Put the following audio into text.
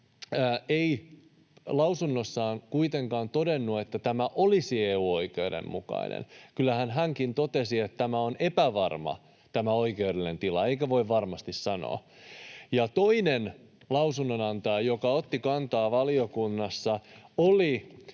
ei lausunnossaan kuitenkaan todennut, että tämä olisi EU-oikeuden mukainen. Kyllähän hänkin totesi, että tämä oikeudellinen tila on epävarma eikä voi varmasti sanoa. Toinen lausunnonantaja, joka otti kantaa valiokunnassa, oli